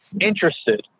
interested